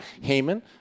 Haman